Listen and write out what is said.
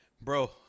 bro